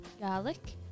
garlic